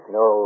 no